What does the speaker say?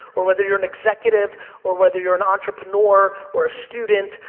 or whether you're an executive or whether you're an entrepreneur, or a student,